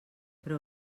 però